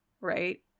right